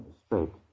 straight